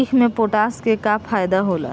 ईख मे पोटास के का फायदा होला?